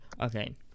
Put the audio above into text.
Okay